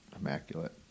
immaculate